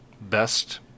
best